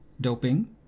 doping